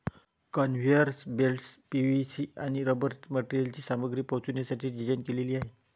conveyor belts PVC आणि rubber मटेरियलची सामग्री पोहोचवण्यासाठी डिझाइन केलेले आहेत